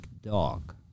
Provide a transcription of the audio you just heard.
dog